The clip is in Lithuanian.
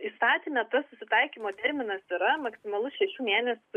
įstatyme tas susitaikymo terminas yra maksimalus šešių mėnesių